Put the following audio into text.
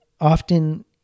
often